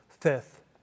Fifth